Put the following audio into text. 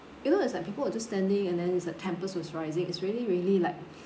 you know it's like people were just standing and then is uh tempers was rising it's really really like